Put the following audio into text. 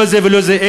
אין לא זה ולא זה,